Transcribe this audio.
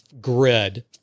grid